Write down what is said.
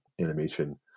animation